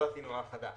לא עשינו האחדה.